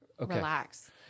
Relax